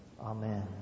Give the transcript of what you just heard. Amen